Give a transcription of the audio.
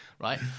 right